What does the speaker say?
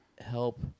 help